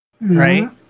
Right